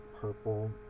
purple